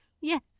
Yes